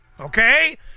Okay